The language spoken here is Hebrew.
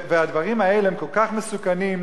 הדברים האלה הם כל כך מסוכנים.